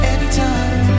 Anytime